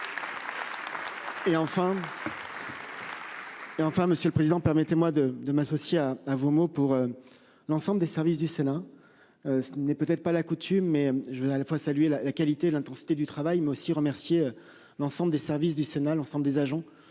Et enfin, Monsieur le Président, permettez-moi de, de m'associer à à vos mots pour. L'ensemble des services du Sénat. Ce n'est peut-être pas la coutume, mais je voudrais à la fois saluer la qualité l'intensité du travail mais aussi remercier l'ensemble des services du Sénat l'ensemble des agents